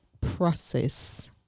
process